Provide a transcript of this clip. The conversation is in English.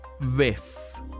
Riff